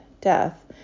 death